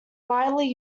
widely